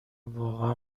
واقعا